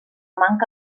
manca